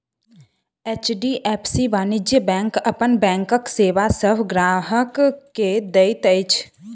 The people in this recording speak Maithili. एच.डी.एफ.सी वाणिज्य बैंक अपन बैंकक सेवा सभ ग्राहक के दैत अछि